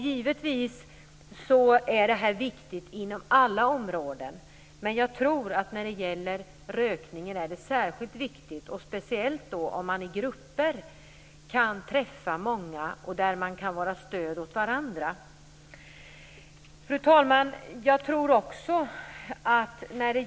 Givetvis är det viktigt inom alla områden, men jag tror att det är särskilt viktigt när det gäller rökningen, speciellt om man i grupper kan träffa många och kan vara stöd åt varandra. Fru talman!